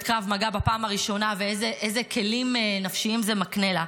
קרב מגע בפעם הראשונה ואיזה כלים נפשיים זה מקנה לה.